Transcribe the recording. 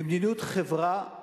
במדיניות חברה,